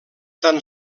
tan